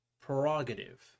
prerogative